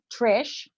Trish